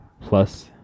plus